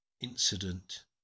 incident